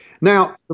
now